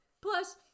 Plus